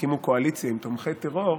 שהקימו קואליציה עם תומכי טרור.